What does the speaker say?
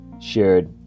shared